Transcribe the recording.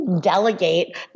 delegate